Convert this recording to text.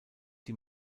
die